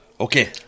Okay